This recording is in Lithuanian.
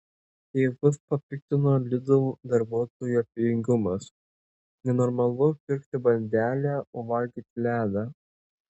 tėvus papiktino lidl darbuotojų abejingumas nenormalu pirkti bandelę o valgyti ledą